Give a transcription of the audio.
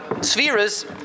spheres